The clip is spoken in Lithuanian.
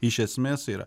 iš esmės yra